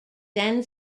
then